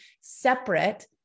separate